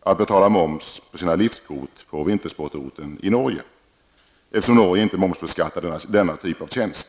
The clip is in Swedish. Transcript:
att betala moms på sina liftkort på vintersportorten i Norge, eftersom Norge inte momsbeskattar denna typ av tjänst.